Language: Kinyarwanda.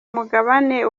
mugabane